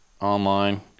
online